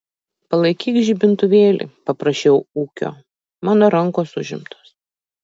palaikyk žibintuvėlį paprašiau ūkio mano rankos užimtos